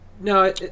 No